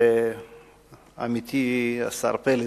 עמיתי השר פלד,